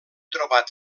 trobat